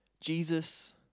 Jesus